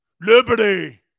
liberty